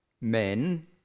men